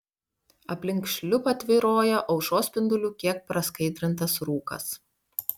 aplink šliupą tvyrojo aušros spindulių kiek praskaidrintas rūkas